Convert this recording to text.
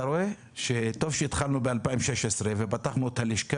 טוב שהתחלנו בשנת 2016 ופתחנו את הלשכה